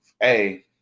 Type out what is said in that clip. Hey